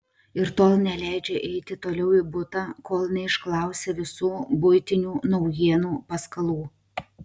ir tol neleidžia eiti toliau į butą kol neišklausia visų buitinių naujienų paskalų